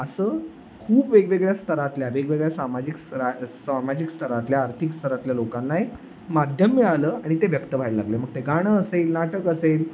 असं खूप वेगवेगळ्या स्तरातल्या वेगवेगळ्या सामाजिक स्तरा सामाजिक स्तरातल्या आर्थिक स्तरातल्या लोकांना एक माध्यम मिळालं आणि ते व्यक्त व्हायला लागले मग ते गाणं असेल नाटक असेल